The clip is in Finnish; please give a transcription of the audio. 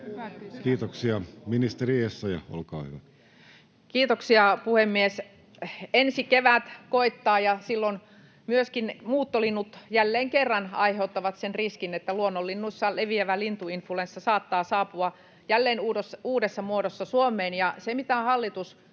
Elo vihr) Time: 16:53 Content: Kiitoksia, puhemies! Ensi kevät koittaa, ja silloin myöskin muuttolinnut jälleen kerran aiheuttavat sen riskin, että luonnonlinnuissa leviävä lintuinfluenssa saattaa saapua jälleen uudessa muodossa Suomeen.